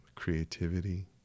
Creativity